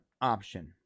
option